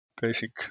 basic